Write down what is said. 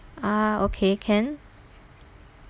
ah okay can